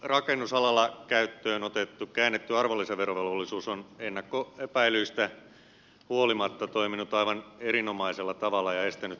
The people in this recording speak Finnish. rakennusalalla käyttöönotettu käännetty arvonlisäverovelvollisuus on ennakkoepäilyistä huolimatta toiminut aivan erinomaisella tavalla ja estänyt harmaata taloutta